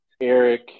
Eric